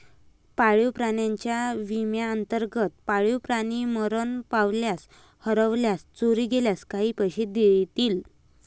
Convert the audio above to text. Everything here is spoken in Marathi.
पाळीव प्राण्यांच्या विम्याअंतर्गत, पाळीव प्राणी मरण पावल्यास, हरवल्यास, चोरी गेल्यास काही पैसे देतील